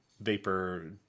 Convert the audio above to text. Vapor